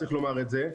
צריך לומר את זה,